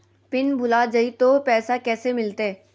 Pin भूला जाई तो पैसा कैसे मिलते?